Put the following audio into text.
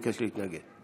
ביקש להתנגד.